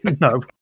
No